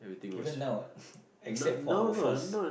even now [what] except for our false